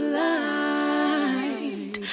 light